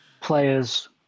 players